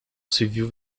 civil